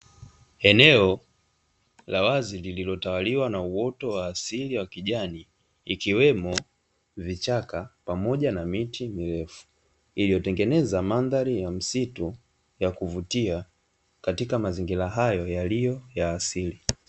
Eneo la wazi lililotawaliwa na uoto wa asili wa kijani, ikiwemo vichaka pamoja na miti mirefu iliyotengeneza mandhari ya msitu ya kuvutia katika mazingira hayo yaliyo ya asili.